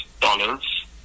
dollars